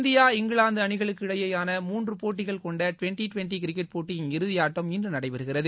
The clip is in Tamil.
இந்தியா இங்கிலாந்து அணிகளுக்கு இடையேயான மூன்று போட்டிகள் கொண்ட டுவன்டி டுவன்டி கிரிக்கெட் போட்டியின் இறுதியாட்டம் இன்று நடைபெறுகிறது